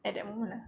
at that moment lah